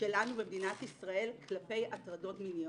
שלנו במדינת ישראל כלפי הטרדות מיניות.